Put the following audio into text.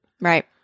Right